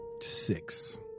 six